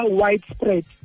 widespread